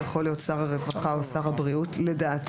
זה יכול להיות שר הרווחה או שר הבריאות לדעתנו.